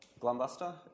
Glumbuster